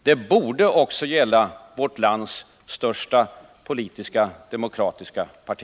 Det borde också gälla vårt lands största politiska, demokratiska parti.